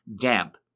damp